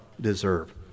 deserve